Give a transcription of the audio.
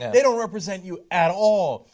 they don't represent you at all.